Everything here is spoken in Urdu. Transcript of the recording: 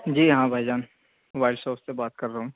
جی ہاں بھائی جان موبائل شاپ سے بات کر رہا ہوں